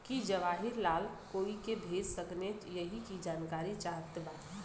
की जवाहिर लाल कोई के भेज सकने यही की जानकारी चाहते बा?